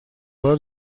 بار